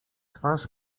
twarz